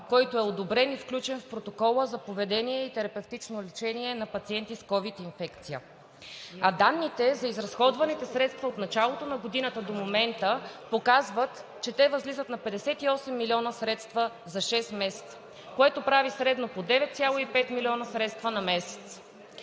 който е одобрен и включен в протокола за поведение и терапевтично лечение на пациенти с ковид инфекция. Данните за изразходваните средства от началото на годината до момента показват, че възлизат на 58 милиона за шест месеца, което прави средно по 9,5 милиона средства на месец.